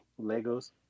Legos